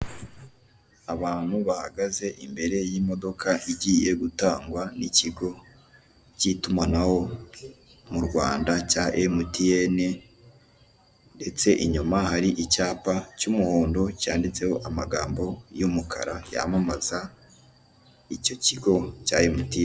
Abantu bahagaze imbere y'imodoka igiye gutangwa n'ikigo cy'itumanaho mu Rwanda cya emutiyene ndetse inyuma hari icyapa cy'umuhondo cyanditseho amagambo y'umukara yamamaza icyo kigo cya emutiyene.